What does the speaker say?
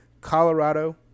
Colorado